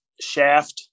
Shaft